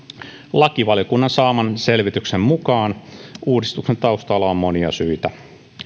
lakivaliokunnan saaman selvityksen mukaan uudistuksen taustalla on monia syitä